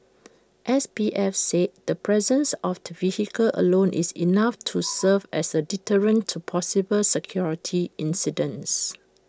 S P F said the presence of the vehicle alone is enough to serve as A deterrent to possible security incidents